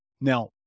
Now